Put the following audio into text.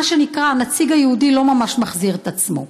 מה שנקרא, הנציג היהודי לא ממש מחזיר את עצמו,